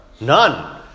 none